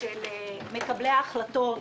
של מקבלי ההחלטות.